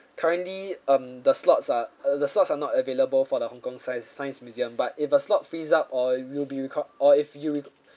currently um the slots are uh the slots are not available for the Hong-Kong science science museum but if a slot frees up or we'll be requi~ or if you req~